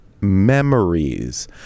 memories